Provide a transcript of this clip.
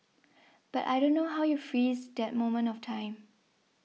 but I don't know how you freeze that moment of time